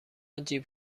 جیب